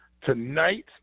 tonight